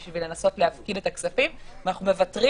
בשביל לנסות להפקיד את הכספים ואנחנו מוותרים